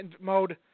mode